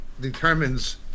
determines